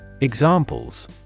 Examples